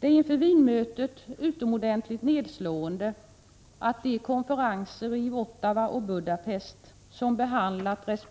Det är inför Wienmötet utomordentligt nedslående att de konferenser i Ottawa och Budapest som behandlat dels